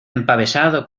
empavesado